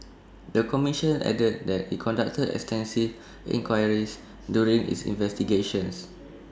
the commission added that IT conducted extensive inquiries during its investigations